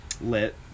Lit